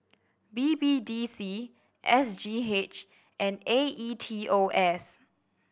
B B D C S G H and A E T O S